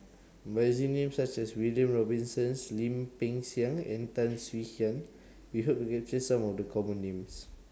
By using Names such as William Robinson Lim Peng Siang and Tan Swie Hian We Hope to capture Some of The Common Names